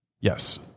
Yes